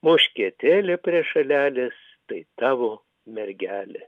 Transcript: moškietėlė prie šalelės tai tavo mergelė